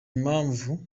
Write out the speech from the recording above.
impamvu